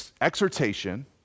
exhortation